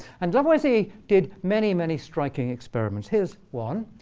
and lavoisier did many, many striking experiments. here is one.